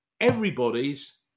everybody's